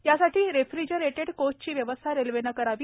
यासाठी रेफिजरेटेड कोचची व्यवस्था रेल्वेने करावी